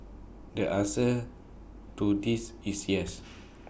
the answer to this is yes